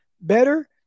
better